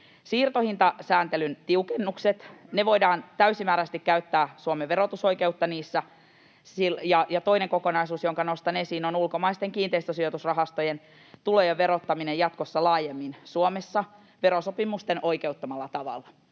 Siirtohintasääntelyn tiukennuksissa voidaan täysimääräisesti käyttää Suomen verotusoikeutta, ja toinen kokonaisuus, jonka nostan esiin, on ulkomaisten kiinteistösijoitusrahastojen tulojen verottaminen jatkossa laajemmin Suomessa verosopimusten oikeuttamalla tavalla.